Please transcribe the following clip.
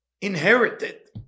inherited